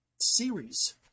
series